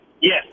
Yes